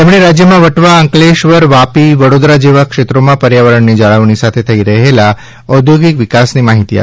તેમણે રાજ્યમાં વટવા અંકલેશ્વર વાપી વડોદરા જેવા ક્ષેત્રોમાં પર્યાવરણની જાળવણી સાથે થઇ રહેલા ઔદ્યોગિક વિકાસની માહિતી આપી હતી